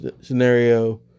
scenario